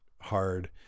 hard